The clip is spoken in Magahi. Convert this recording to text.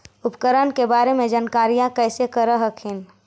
उपकरण के बारे जानकारीया कैसे कर हखिन?